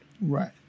Right